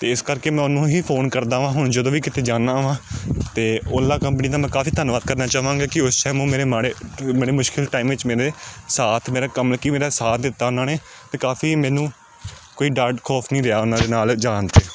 ਅਤੇ ਇਸ ਕਰਕੇ ਮੈਂ ਉਹਨੂੰ ਹੀ ਫੋਨ ਕਰਦਾ ਵਾਂ ਹੁਣ ਜਦੋਂ ਵੀ ਕਿਤੇ ਜਾਂਦਾ ਵਾ ਅਤੇ ਓਲਾ ਕੰਪਨੀ ਦਾ ਮੈਂ ਕਾਫੀ ਧੰਨਵਾਦ ਕਰਨਾ ਚਾਹਾਂਗਾ ਕਿ ਉਸ ਟਾਈਮ ਉਹ ਮੇਰੇ ਮਾੜੇ ਮੇਰੇ ਮੁਸ਼ਕਲ ਟਾਈਮ ਵਿੱਚ ਮੇਰੇ ਸਾਥ ਮੇਰਾ ਕੰਮ ਕੀ ਮੇਰਾ ਸਾਥ ਦਿੱਤਾ ਉਹਨਾਂ ਨੇ ਅਤੇ ਕਾਫੀ ਮੈਨੂੰ ਕੋਈ ਡਰ ਖੌਫ ਨਹੀਂ ਰਿਹਾ ਉਹਨਾਂ ਦੇ ਨਾਲ ਜਾਣ 'ਤੇ